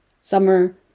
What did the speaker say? summer